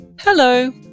Hello